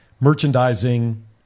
merchandising